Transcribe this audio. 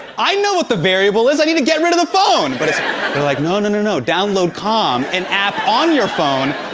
i know what the variable is. i need to get rid of the phone! but they're like, no, no, no, no, download calm, an app on your phone,